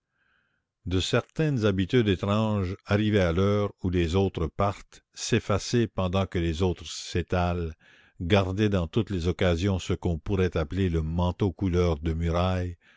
de certaines habitudes étranges arriver à l'heure où les autres partent s'effacer pendant que les autres s'étalent garder dans toutes les occasions ce qu'on pourrait appeler le manteau couleur de muraille